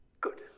Good